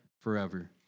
forever